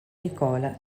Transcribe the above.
nicola